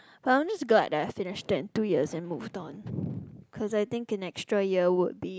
but I am just glad that I finished in two years and move on because I think an extra year would be